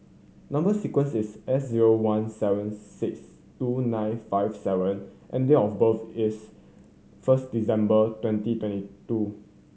number sequence is S zero one seven six two nine five seven and date of birth is first December twenty twenty two